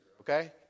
okay